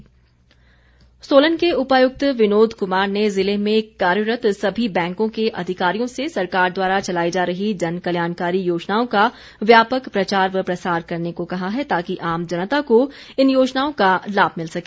DC Solan Solan के उपायुक्त विनोद कुमार ने ज़िले में कार्यरत सभी बैंकों के अधिकारियों से सरकार द्वारा चलाई जा रही जनकल्याणकारी योजनाओं का व्यापक प्रचार व प्रसार करने को कहा है ताकि आम जनता को इन योजनाओं का लाम मिल सके